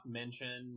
mention